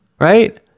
Right